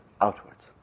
outwards